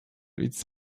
its